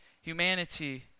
humanity